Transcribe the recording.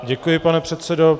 Děkuji, pane předsedo.